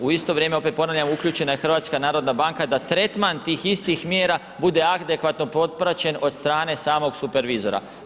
U isto vrijeme opet ponavljam uključena je HNB da tretman tih istih mjera bude adekvatno popraćen od strane samog supervizora.